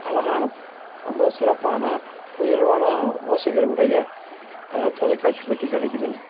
அலகான ரொம்ப சிறப்பான உயர்வான ஓசைகள் உடைய தொலைக்காட்சி பெட்டி கிடைக்கிதுன்னு